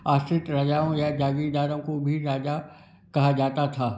आश्रित राजाओं या जागीरदारों को भी राजा कहा जाता था